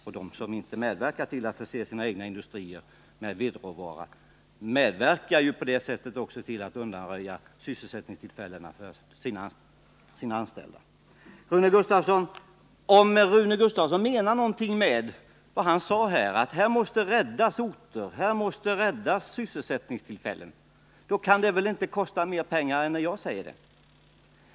Och de som inte medverkar till att förse sina egna industrier med vedråvara, medverkar ju på det sättet också till att undanröja sysselsättningstillfällena för sina anställda. Till Rune Gustavsson vill jag säga, att om han menar någonting med sitt uttalande att här måste orter räddas, här måste sysselsättningstillfällen räddas, så kan det väl inte kosta mer pengar när jag säger det.